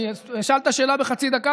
אני אשאל את השאלה בחצי דקה,